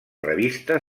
revista